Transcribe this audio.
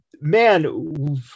Man